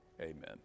Amen